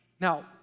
Now